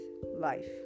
life